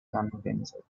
convinced